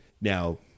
Now